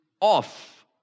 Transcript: off